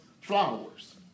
flowers